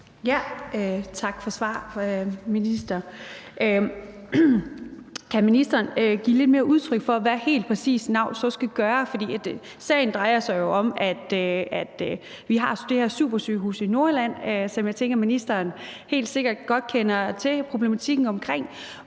for svaret. Kan ministeren give lidt mere udtryk for, hvad NAU så helt præcis skal gøre? For sagen drejer sig jo om, at vi har det her supersygehus i Nordjylland, som jeg tænker at ministeren helt sikkert kender til problematikken omkring,